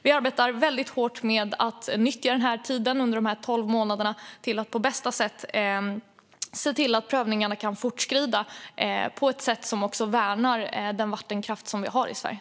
Vi arbetar väldigt hårt med att nyttja tiden under de här tolv månaderna till att se till att prövningarna kan fortskrida på ett sätt som också värnar den vattenkraft som vi har i Sverige.